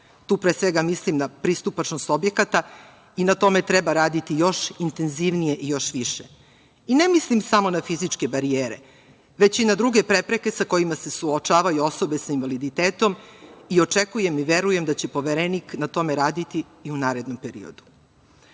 tu pre svega mislim na pristupačnost objekata i na tome treba raditi još intenzivnije i još više. I, ne mislim samo na fizičke barijere, već i na druge prepreke sa kojima se suočavaju osobe sa invaliditetom i očekujem i verujem da će Poverenik na tome raditi i u narednom periodu. Takođe,